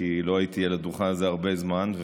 כי לא עליתי על הדוכן הזה הרבה זמן,